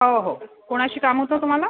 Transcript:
हो हो कोणाशी काम होतं तुम्हाला